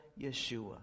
Yeshua